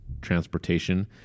transportation